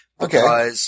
Okay